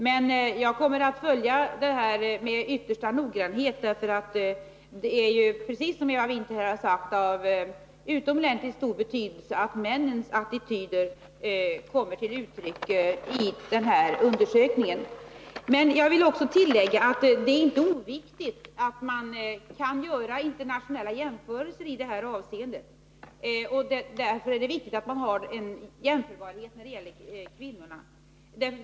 Jag kommer emellertid att följa undersökningen med yttersta noggrannhet därför att det är, precis som Eva Winther har påpekat, av utomordentligt stor betydelse att männens attityder kommer till uttryck i den här undersökningen. Men jag vill också säga att det inte är oviktigt att man kan göra internationella jämförelser i detta avseende. Därför är det viktigt att man har en jämförbarhet när det gäller kvinnorna.